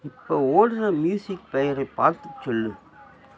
இப்போ ஓடுகிற மியூசிக் பெயரை பார்த்துச் சொல்